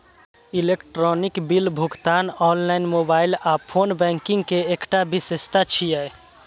electronic bill भुगतान online, mobile आ phone banking के एकटा विशेषता छियै